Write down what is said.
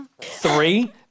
Three